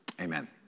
amen